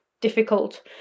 difficult